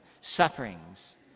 Sufferings